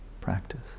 practice